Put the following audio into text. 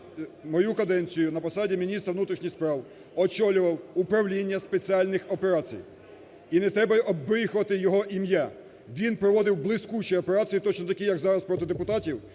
Мою каденцію на посаді міністра внутрішніх справ очолював управління спеціальних операцій. І не треба оббріхувати його ім'я, він проводив блискучі операції, точно такі як зараз проти депутатів,